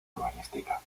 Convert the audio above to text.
urbanística